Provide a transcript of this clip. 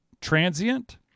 Transient